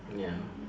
ya